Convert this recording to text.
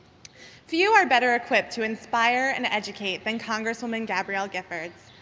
few are better equipped to inspire and educate than congresswoman gabrielle giffords.